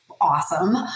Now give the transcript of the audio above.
awesome